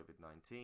COVID-19